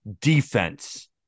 defense